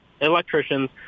electricians